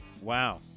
Wow